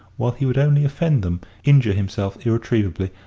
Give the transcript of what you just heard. while he would only offend them, injure himself irretrievably,